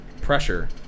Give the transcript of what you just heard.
pressure